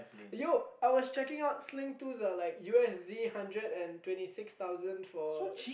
!aiyo! I was checking out sling twos are like U_S_D hundred and twenty six thousand for